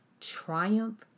triumph